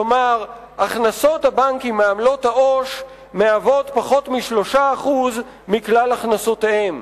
כלומר הכנסות הבנקים מעמלות העו"ש מהוות פחות מ-3% מכלל הכנסותיהם.